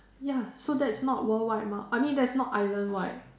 ya so that's not worldwide mah I mean that's not islandwide